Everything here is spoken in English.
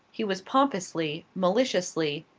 he was pompously, maliciously,